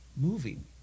moving